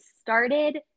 started